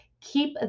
keep